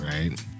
right